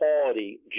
quality